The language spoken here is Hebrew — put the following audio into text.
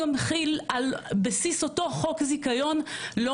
על בסיס אותו חוק זיכיון כי"ל לא